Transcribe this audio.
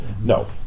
No